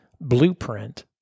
blueprint